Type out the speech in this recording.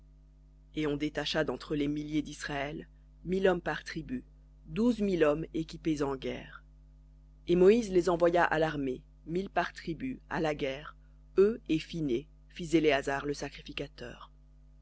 et on détacha d'entre les milliers d'israël mille par tribu douze mille équipés en guerre et moïse les envoya à l'armée mille par tribu à la guerre eux et phinées fils d'éléazar le sacrificateur